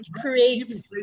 create